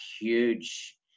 huge